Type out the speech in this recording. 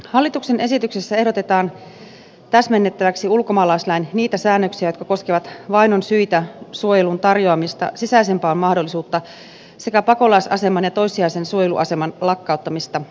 hallituksen esityksessä ehdotetaan täsmennettäväksi ulkomaalaislain niitä säännöksiä jotka koskevat vainon syitä suojelun tarjoamista sisäisen paon mahdollisuutta sekä pakolaisaseman ja toissijaisen suojeluaseman lakkauttamista